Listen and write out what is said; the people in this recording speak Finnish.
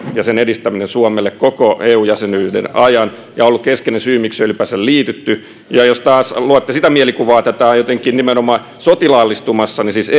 ja sen edistäminen ovat olleet aivan keskeisiä tavoitteita suomelle koko eu jäsenyyden ajan ja ne ovat olleet keskeisiä syitä siihen miksi on ylipäänsä liitytty jos taas luotte sitä mielikuvaa että tämä on jotenkin nimenomaan sotilaallistumassa niin siis